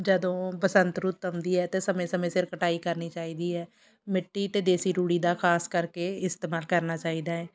ਜਦੋਂ ਬਸੰਤ ਰੁੱਤ ਆਉਂਦੀ ਹੈ ਤਾਂ ਸਮੇਂ ਸਮੇਂ ਸਿਰ ਕਟਾਈ ਕਰਨੀ ਚਾਹੀਦੀ ਹੈ ਮਿੱਟੀ ਅਤੇ ਦੇਸੀ ਰੂੜੀ ਦਾ ਖਾਸ ਕਰਕੇ ਇਸਤੇਮਾਲ ਕਰਨਾ ਚਾਹੀਦਾ ਹੈ